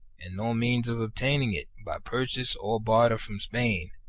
and no means of obtain ing it by purchase or barter from spain,